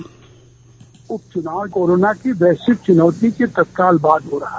bite र्उप चुनाव corona की वैश्विक चुनौती के तत्काल बाद हो रहा है